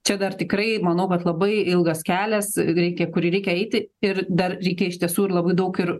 čia dar tikrai manau kad labai ilgas kelias reikia kurį reikia eiti ir dar reikia iš tiesų ir labai daug ir